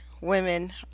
women